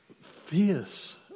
fierce